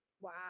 Wow